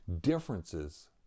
differences